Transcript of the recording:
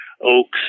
oaks